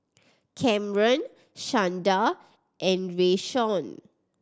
Kamron Shanda and Rayshawn